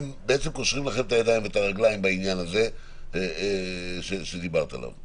בעצם הם קושרים לכם את הידיים ואת הרגליים בעניין הזה שדיברת עליו.